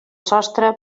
sostre